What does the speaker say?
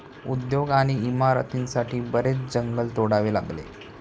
उद्योग आणि इमारतींसाठी बरेच जंगल तोडावे लागले